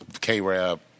K-Rab